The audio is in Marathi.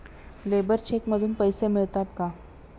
लेबर चेक मधून पैसे मिळतात का?